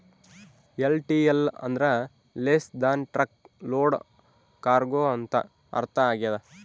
LTL ಅಂದ್ರ less than truck load cargo ಅಂತ ಅರ್ಥ ಆಗ್ಯದ